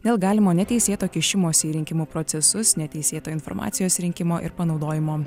dėl galimo neteisėto kišimosi į rinkimų procesus neteisėto informacijos rinkimo ir panaudojimo